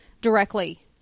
directly